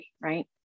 right